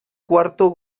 cuarto